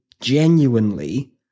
genuinely